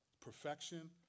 Perfection